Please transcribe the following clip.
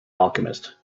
alchemist